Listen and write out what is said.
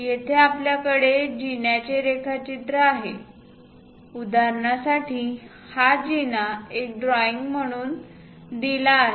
येथे आपल्याकडे जिन्याचे रेखाचित्र आहे उदाहरणासाठी हा जिना एक ड्रॉईंग म्हणून दिला आहे